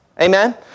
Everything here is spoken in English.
Amen